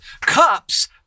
cups